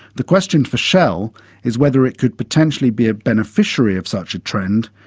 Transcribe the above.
the question for shell is whether it could potentially be a beneficiary of such a trend,